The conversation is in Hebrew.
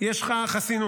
יש לך חסינות,